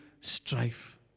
strife